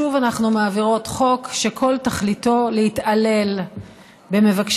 שוב אנחנו מעבירות חוק שכל תכליתו להתעלל במבקשי